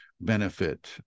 benefit